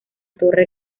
torre